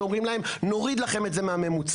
שאומרים להם נוריד לכם את זה מהממוצע,